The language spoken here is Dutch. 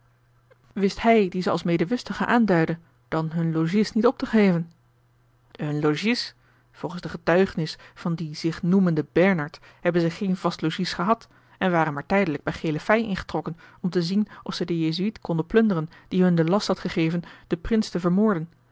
wist hij die ze als medewustigen aanduidde dan hun logies niet op te geven hun logies volgens de getuigenis van dien zich noemenden bernard hebben ze geen vast logies gehad en waren maar tijdelijk bij gele pij ingetrokken om te zien of ze den jezuïet konden plunderen die hun den last had gegeven den prins te vermoorden